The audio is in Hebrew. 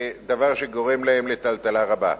דבר שגורם להם טלטלה רבה.